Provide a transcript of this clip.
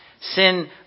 sin